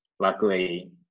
luckily